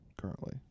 currently